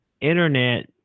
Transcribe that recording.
internet